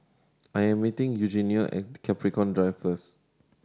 I am meeting Eugenio at Capricorn Drive first